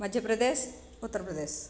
मध्यप्रदेशः उत्तरप्रदेशः